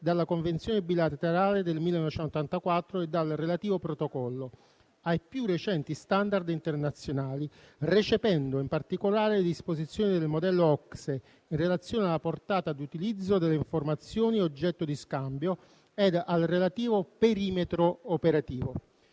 dalla Convenzione bilaterale del 1984 e dal relativo Protocollo ai più recenti *standard* internazionali, recependo, in particolare, le disposizioni del modello OCSE in relazione alla portata di utilizzo delle informazioni oggetto di scambio e al relativo perimetro operativo.